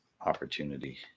opportunity